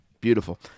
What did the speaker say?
Beautiful